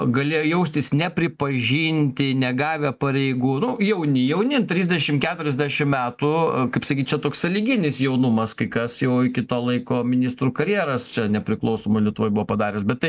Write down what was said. galėjo jaustis nepripažinti negavę pareigų nu jauni jauni trisdešim keturiasdešim metų kaip sakyt čia toks sąlyginis jaunumas kai kas jau iki to laiko ministrų karjeras čia nepriklausomoj lietuvoj buvo padaręs bet tai